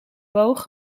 boog